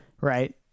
right